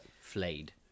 flayed